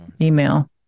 email